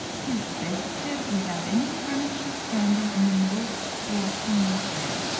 his bedstead without any furniture standing in the middle of the floor for more air,